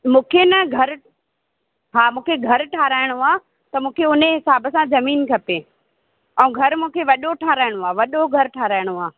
मूंखे न घरु हा मूंखे घरु ठाराहिणो आहे त मूंखे उन ई हिसाब सां ज़मीन खपे ऐं घरु मूंखे वॾो ठाराहिणो आहे वॾो घरु ठाराहिणो आहे